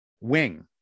wing